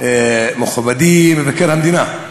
מכובדי מבקר המדינה,